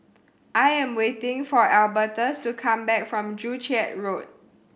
I am waiting for Albertus to come back from Joo Chiat Road